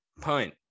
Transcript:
punt